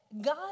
God